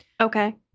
Okay